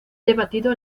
debatido